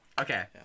okay